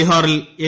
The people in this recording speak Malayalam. ബീഹാറിൽ എൻ